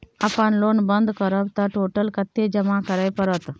अपन लोन बंद करब त टोटल कत्ते जमा करे परत?